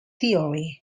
theory